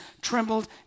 trembled